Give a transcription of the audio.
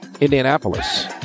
Indianapolis